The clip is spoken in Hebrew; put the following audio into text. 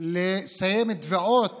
לסיים את תביעות